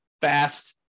fast